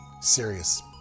serious